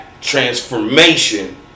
transformation